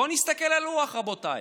בואו נסתכל על הלוח, רבותיי.